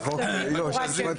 צבעוניים.